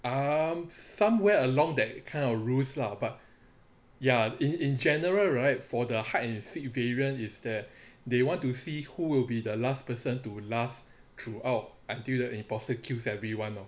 um somewhere along that kind of rules lah but ya in in general right for the hide and seek variant is that they want to see who will be the last person to last throughout until the imposter kills everyone lor